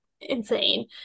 insane